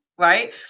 Right